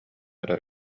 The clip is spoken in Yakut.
эрэ